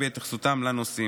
להביע את התייחסותם לנושאים.